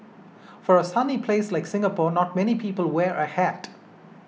for a sunny place like Singapore not many people wear a hat